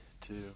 two